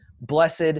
blessed